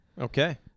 Okay